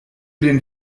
den